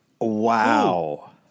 Wow